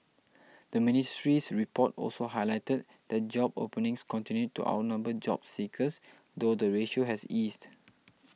the ministry's report also highlighted that job openings continued to outnumber job seekers though the ratio has eased